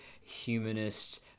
humanist